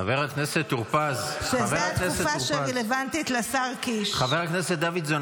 חבר כנסת טור פז, חבר הכנסת טור פז.